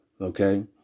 Okay